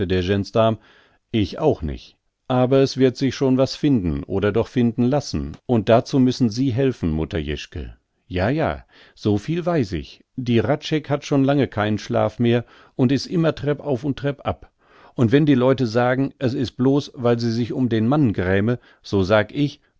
der gensdarm ich auch nich aber es wird sich schon was finden oder doch finden lassen und dazu müssen sie helfen mutter jeschke ja ja so viel weiß ich die hradscheck hat schon lange keinen schlaf mehr und ist immer treppauf und treppab und wenn die leute sagen es sei blos weil sie sich um den mann gräme so sag ich